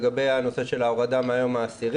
לגבי הנושא של ההורדה מהיום ה-10.